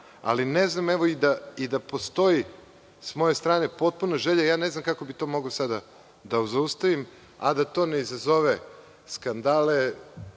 ali ne znam, evo i da postoji s moje strane potpuna želja ne znam kako bih to mogao sada da zaustavim, a da to ne izazove skandale,